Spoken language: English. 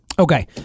Okay